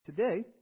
Today